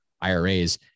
IRAs